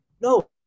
No